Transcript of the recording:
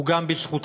הוא גם בזכותך,